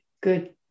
good